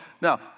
Now